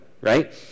right